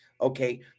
okay